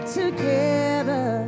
together